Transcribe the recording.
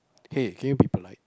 okay can you be polite